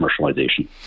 commercialization